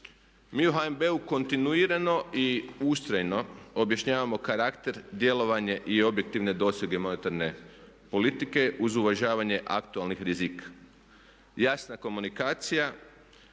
Mi u HNB-u kontinuirano i ustrajno objašnjavamo karakter, djelovanje i objektivne dosege monetarne politike uz uvažavanje aktualnih rizika. Jasna komunikacija